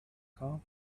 come